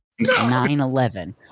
9-11